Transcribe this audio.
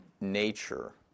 nature